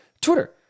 Twitter